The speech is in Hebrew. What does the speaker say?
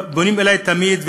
פונים אלי תמיד,